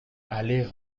aller